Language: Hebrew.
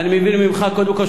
קודם כול,